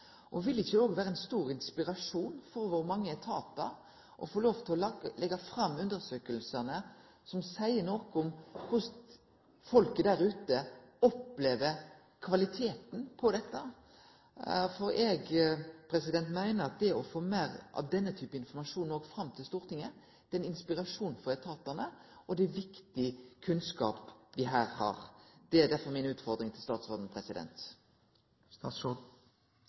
Stortinget? Vil det ikkje òg vere ein stor inspirasjon for dei mange etatane våre å få lov til å leggje fram undersøkingane som seier noko om korleis folket der ute opplever kvaliteten på dette? Eg meiner at det å få meir av denne type informasjon fram til Stortinget er ein inspirasjon for etatane, og det er viktig kunnskap dei har her. Det er derfor utfordringa mi til statsråden.